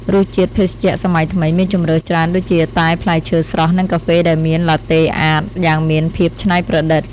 រសជាតិភេសជ្ជៈសម័យថ្មីមានជម្រើសច្រើនដូចជាតែផ្លែឈើស្រស់និងកាហ្វេដែលមានឡាតេអាតយ៉ាងមានភាពច្នៃប្រឌិត។